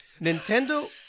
Nintendo